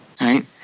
right